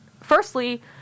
firstly